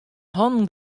hannen